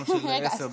שעון של עשר דקות.